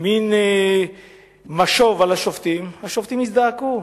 מין משוב על השופטים, השופטים הזדעקו.